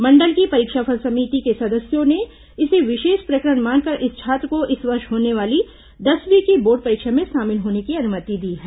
मंडल की परीक्षाफल समिति के सदस्यों ने इसे विशेष प्रकरण मानकर इस छात्र को इस वर्ष होने वाली दसवीं की बोर्ड परीक्षा में शामिल होने की अनुमति दी है